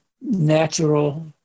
natural